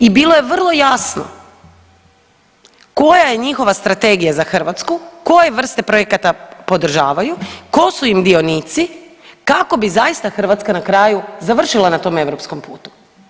I bilo je vrlo jasno koja je njihova strategija za Hrvatsku, koje vrste projekata podržavaju, tko su im dionici kako bi zaista Hrvatska na kraju završila na tom europskom putu.